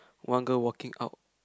one girl walking out